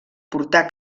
portar